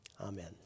Amen